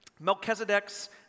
Melchizedek's